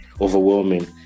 overwhelming